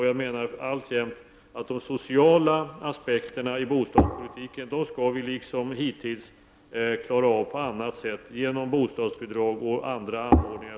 Jag menar alltjämt att vi liksom hittills skall klara de sociala konsekvenserna av bostadspolitiken på annat sätt, genom bostadsbidrag och andra anordningar.